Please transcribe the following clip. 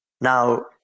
Now